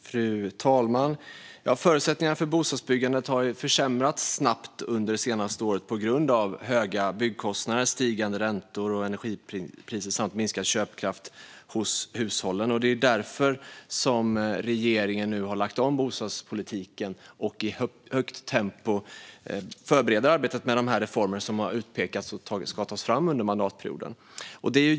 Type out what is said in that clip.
Fru talman! Förutsättningarna för bostadsbyggandet har försämrats snabbt under det senaste året på grund av höga byggkostnader, stigande räntor och energipriser samt minskad köpkraft hos hushållen. Regeringen har därför lagt om bostadspolitiken och i högt tempo förbereder arbetet med de utpekade reformer som ska tas fram under mandatperioden.